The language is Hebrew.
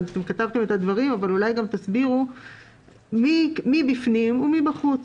כתבתם את הדברים אבל אולי גם תסבירו מי בפנים ומי בחוץ.